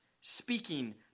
speaking